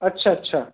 अच्छा अच्छा